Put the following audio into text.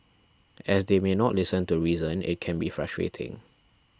as they may not listen to reason it can be frustrating